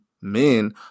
men